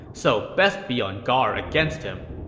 so best be on guard against him.